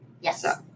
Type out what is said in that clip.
Yes